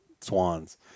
swans